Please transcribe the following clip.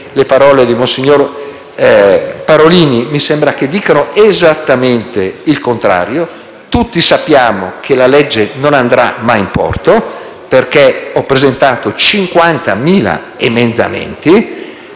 le parole di monsignor Parolin mi sembra dicano esattamente il contrario. Tutti sappiamo che il provvedimento non andrà mai in porto, perché ho presentato 50.000 emendamenti